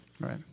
right